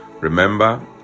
Remember